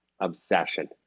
obsession